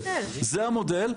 זה המודל,